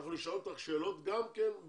אנחנו נשאל שאלות גם באמצע.